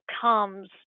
comes